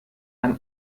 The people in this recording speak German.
beim